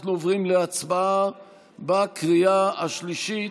אנחנו עוברים להצבעה בקריאה השלישית.